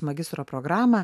magistro programą